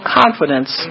confidence